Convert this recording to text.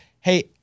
hey